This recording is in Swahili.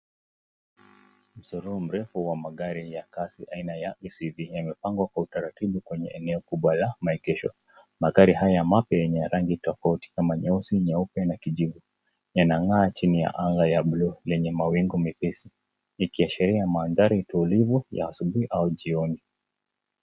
Msururu mrefu wa magari ya kasi aina ya suv zimepangwa kwa utaratibu katika eneo la maegesho. Magari haya mapya yenye rangi tofauti kama nyeusi ,nyeupe na kijivu yanang'a chini ya anga ya blue yenye mawingu mepesi yakiashiria madhari tulivu ya asubuhi au jioni.